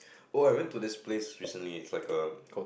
oh I went to this place recently it's like a